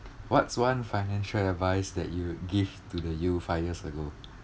what's one financial advice that you would give to the you five years ago